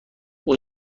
اون